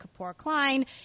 Kapoor-Klein